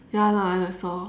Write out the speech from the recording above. ya lah I saw